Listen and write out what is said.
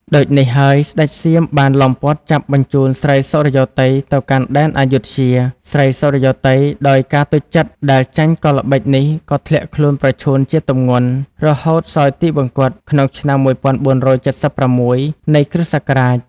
ដូចនេះហើយស្ដេចសៀមបានឡោមព័ទ្ធចាប់បញ្ចូនស្រីសុរិយោទ័យទៅកាន់ដែនអាយុធ្យា ស្រីសុរិយោទ័យដោយការតូចចិត្តដែលចាញ់កល្បិចនេះក៏ធ្លាក់ខ្លួនប្រឈួនជាទម្ងន់រហូតសោយទីវង្គត ក្នុងឆ្នាំ ១៤៧៦ នៃគ.សករាជ ។